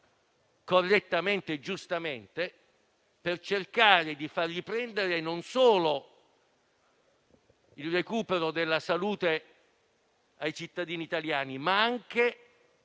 correttamente e giustamente - per cercare non solo il recupero della salute ai cittadini italiani, ma anche